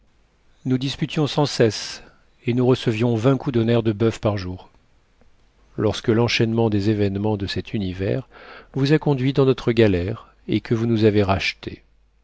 nous disputions sans cesse et nous recevions vingt coups de nerf de boeuf par jour lorsque l'enchaînement des événements de cet univers vous a conduit dans notre galère et que vous nous avez rachetés